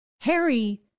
Harry